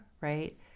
right